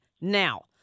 Now